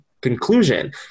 conclusion